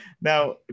Now